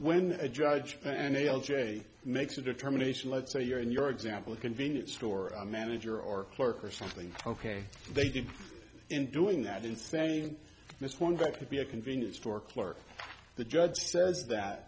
when a judge and a l j makes a determination let's say you're in your example a convenience store manager or clerk or something ok they did in doing that in saying this one got to be a convenience store clerk the judge